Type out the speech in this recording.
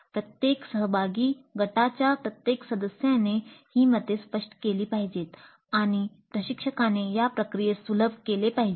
प्रत्येक सहभागी गटाच्या प्रत्येक सदस्याने ही मते स्पष्ट केली पाहिजेत आणि प्रशिक्षकाने या प्रक्रियेस सुलभ केले पाहिजे